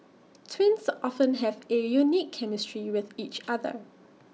twins often have A unique chemistry with each other